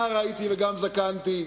נער הייתי וגם זקנתי,